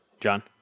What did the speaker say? John